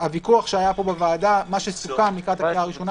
היה ויכוח בוועדה וסוכם לקראת הקריאה הראשונה